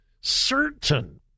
certain